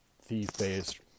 thief-based